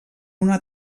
una